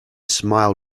smile